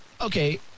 Okay